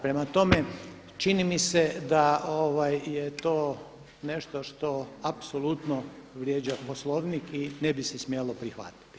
Prema tome, čini mi se da je to nešto što apsolutno vrijeđa Poslovnik i ne bi se smjelo prihvatiti.